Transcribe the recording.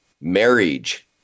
Marriage